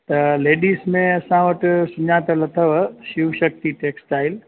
त लेडीस में असां वटि सुञातलु अथव शिव शक्ती टेक्स्टाइल